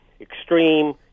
extreme